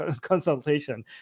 consultation